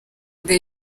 the